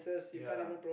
ya